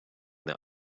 that